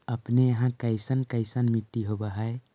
अपने यहाँ कैसन कैसन मिट्टी होब है?